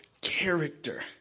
Character